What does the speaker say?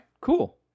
cool